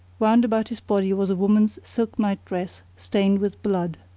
wound about his body was a woman's silk night-dress stained with blood.